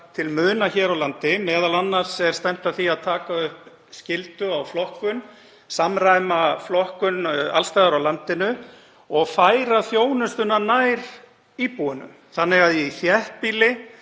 til muna hér á landi. Meðal annars er stefnt að því að taka upp skyldu á flokkun, samræma flokkun alls staðar á landinu og færa þjónustuna nær íbúunum þannig að í þéttbýli